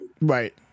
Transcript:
Right